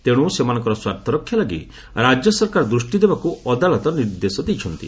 ତେଣୁ ସେମାନଙ୍କର ସ୍ୱାର୍ଥ ରକ୍ଷା ଲାଗି ରାଜ୍ୟ ସରକାର ଦୃଷ୍ଟି ଦେବାକୁ ଅଦାଲତ ନିର୍ଦ୍ଦେଶ ଦେଇଛନ୍ତି